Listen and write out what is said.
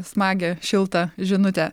smagią šiltą žinutę